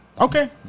okay